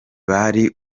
bwari